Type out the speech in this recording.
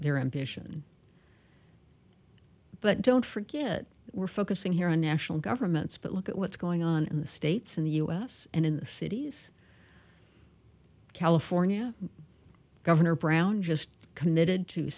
ambition but don't forget we're focusing here on national governments but look at what's going on in the states in the u s and in cities california governor brown just committed to